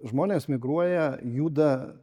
žmonės migruoja juda